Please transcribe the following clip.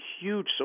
huge